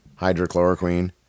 hydrochloroquine